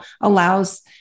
allows